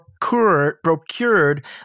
procured